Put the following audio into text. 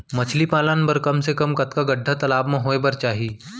मछली पालन बर कम से कम कतका गड्डा तालाब म होये बर चाही?